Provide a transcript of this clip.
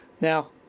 Now